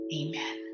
amen